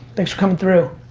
thanks for coming through.